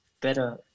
better